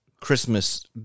Christmas